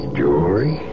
jewelry